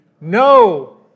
no